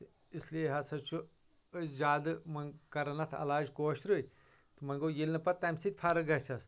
اسلیے ہَسا چھُ أسۍ زیادٕ وۄنۍ کَران اَتھ علاج کٲشرُے وۄنۍ گوٚو ییٚلہٕ نہٕ پَتہٕ تَمہِ سۭتۍ فَرق گژھٮ۪س